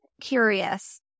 curious